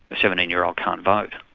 seventeen year old can't vote,